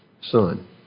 son